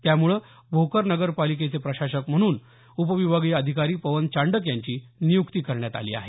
त्यामुळे भोकर नगर पालिकेचे प्रशासक म्हणून उपविभागीय अधिकारी पवन चांडक यांची नियुक्ती करण्यात आली आहे